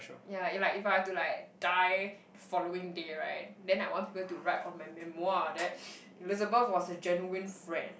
yeah if like if I were to like die the following day right then I want people to write on my memoir that Elizabeth was a genuine friend